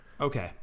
Okay